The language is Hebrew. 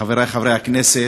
חברי חברי הכנסת,